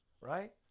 right